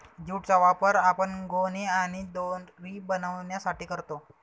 jute चा वापर आपण गोणी आणि दोरी बनवण्यासाठी करतो